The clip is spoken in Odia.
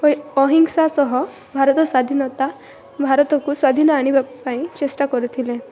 ଅହିଂସା ସହ ଭାରତ ସ୍ୱାଧୀନତା ଭାରତକୁ ସ୍ୱାଧୀନ ଆଣିବା ପାଇଁ ଚେଷ୍ଟା କରିଥିଲେ